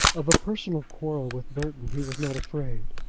of a personal quarrel with burton he was not afraid.